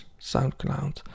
soundcloud